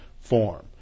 form